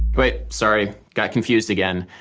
wait sorry got confused again,